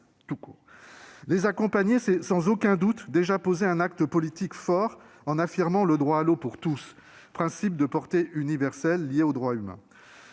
Les accompagner constituerait sans aucun doute un acte politique fort, affirmant le droit à l'eau pour tous, principe de portée universelle lié aux droits humains.